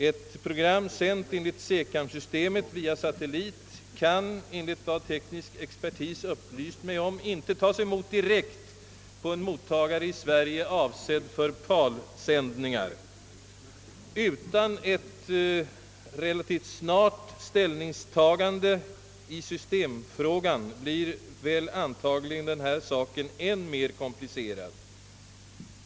Ett program sänt enligt SECAM 3-systemet via satellit kan enligt vad teknisk expertis upplyst mig om inte tas emot direkt på en mottagare i Sverige avsedd för PAL-sändningar. Utan ett ställningstagande relativt snart i systemfrågan blir antagligen detta spörsmål än mer komplicerat.